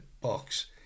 box